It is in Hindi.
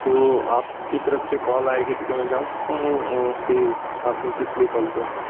तो आपकी तरफ़ से कॉल आएगी तो क्या मैं जान सकता हूँ की आपने किस लिए कॉल किया था